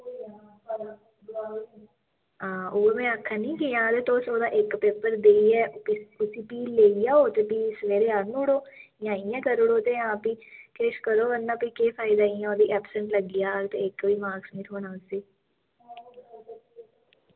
हां ओह् में आक्खा नी कि जां ते तुस ओह्दा इक पेपर देइयै फ्ही उसी फ्ही लेई जाओ ते फ्ही सवेरे आह्नी ओड़ो जां इ'यां करूड़ो ते जां फ्ही किश करो बरना फ्ही केह् फायदा इ'यां ओह्दी ऐबसेंट लग्गी जाह्ग ते इक बी मार्क्स नी थ्होना उसी